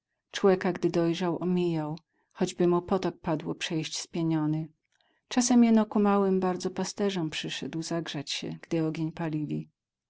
człeka gdy dojrzał omijał choćby mu potok padło przejść spieniony czasem jeno ku małym bardzo pasterzom przyszedł zagrzać się gdy ogień palili